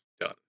done